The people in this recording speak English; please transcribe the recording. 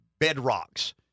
bedrocks